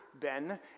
Ben